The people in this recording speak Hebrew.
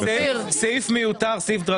סעיף מיותר.